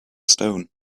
stone